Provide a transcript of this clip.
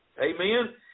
Amen